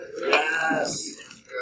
Yes